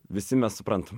visi mes suprantam